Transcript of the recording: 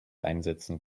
einsetzen